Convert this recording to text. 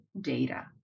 data